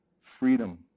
Freedom